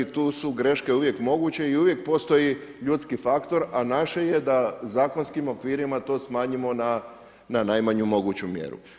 Tu su greške uvijek moguće i uvijek postoji ljudski faktor a naše je da zakonskim okvirima to smanjimo na najmanju moguću mjeru.